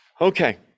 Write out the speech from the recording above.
okay